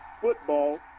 football